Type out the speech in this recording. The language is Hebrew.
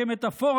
כמטפורה,